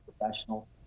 professional